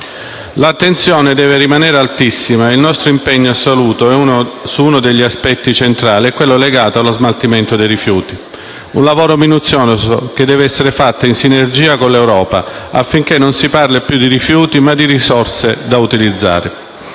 L'attenzione deve rimanere altissima e il nostro impegno deve essere assoluto su uno degli aspetti centrali, quello legato allo smaltimento dei rifiuti. Si tratta di un lavoro minuzioso che deve essere fatto in sinergia con l'Europa, affinché non si parli più di rifiuti, ma di risorse da utilizzare: